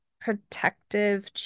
protective